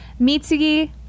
Mitsugi